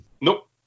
Nope